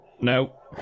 no